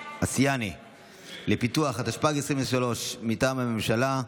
האסייני לפיתוח, התשפ"ג 2023, מטעם הממשלה,